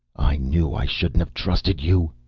i knew i shouldnt have trusted you,